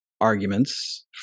arguments